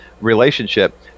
relationship